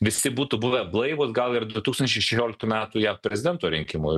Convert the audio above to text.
visi būtų buvę blaivūs gal ir du tūkstančiai šešioliktų metų jav prezidento rinkimų